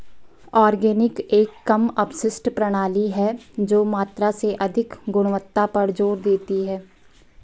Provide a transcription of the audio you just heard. organic एक कम अपशिष्ट प्रणाली है जो मात्रा से अधिक गुणवत्ता पर जोर देती है